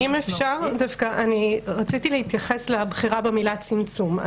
אם אפשר, רציתי להתייחס לבחירה במילה צמצום.